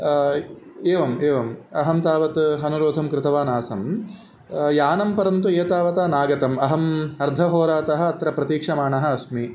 एवम् एवम् अहं तावत् अनुरोधं कृतवान् आसं यानं परन्तु ये तावता नागतम् अहम् अर्धहोरातः अत्र प्रतीक्षमाणः अस्मि